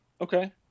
Okay